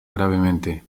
gravemente